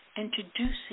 introducing